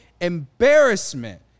embarrassment